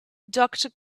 doctor